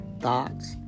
thoughts